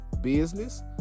business